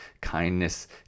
kindness